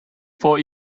for